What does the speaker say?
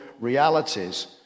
realities